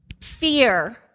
fear